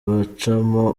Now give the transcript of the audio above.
bacamo